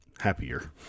happier